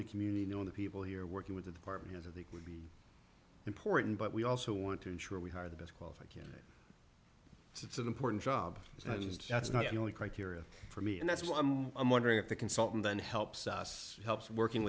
the community you know the people here working with the department of the would be important but we also want to ensure we hire the best qualified candidate it's an important job that's not the only criteria for me and that's why i'm wondering if the consultant then helps us helps working